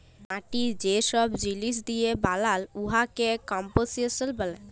মাটি যে ছব জিলিস দিঁয়ে বালাল উয়াকে কম্পসিশল ব্যলে